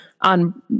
on